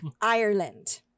Ireland